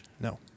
No